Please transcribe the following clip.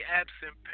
absent